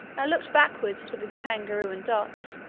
and looked backwards to the kangaroo and dot,